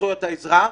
זכויות האזרח.